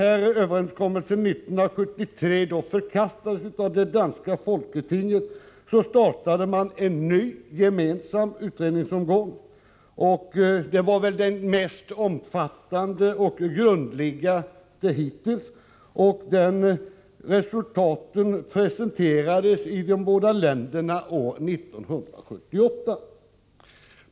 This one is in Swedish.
När överenskommelsen år 1973 förkastades av det danska folketinget startade man en ny gemensam utredningsomgång, och det var väl den mest omfattande och grundliga hittills. Resultatet presenterades i de båda länderna år 1978.